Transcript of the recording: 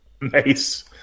Nice